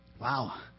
Wow